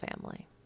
family